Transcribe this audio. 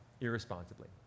irresponsibly